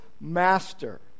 master